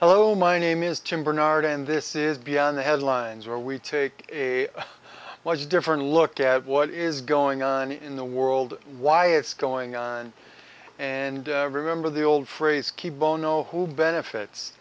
hello my name is tim barnard and this is beyond the headlines where we take a large different look at what is going on in the world why it's going on and remember the old phrase keep bono who benefits